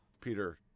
Peter